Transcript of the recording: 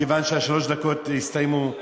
מכיוון ששלוש הדקות הסתיימו,